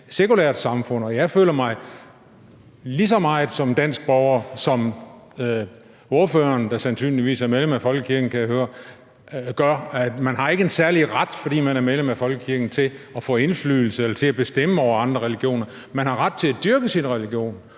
Jeg føler mig lige så meget som dansk borger som ordføreren, der sandsynligvis er medlem af folkekirken, kan jeg høre, gør. Man har ikke en særlig ret, fordi man er medlem af folkekirken, til at få indflydelse eller bestemme over andre regioner. Man har ret til at dyrke sin religion.